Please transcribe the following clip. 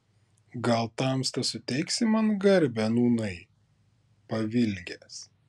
gal tamsta suteiksi man garbę nūnai pavilgęs